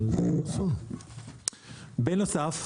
בנוסף,